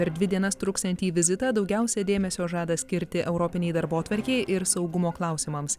per dvi dienas truksiantį vizitą daugiausia dėmesio žada skirti europinei darbotvarkei ir saugumo klausimams